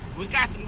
we got